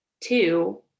Two